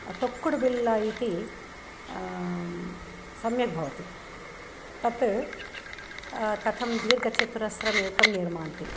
तोक्कुडुबिल्ला इति सम्यक् भवति तत् कथं दीर्घचत्रमेकं निर्मान्ति